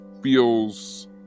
feels